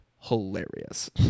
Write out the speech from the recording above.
hilarious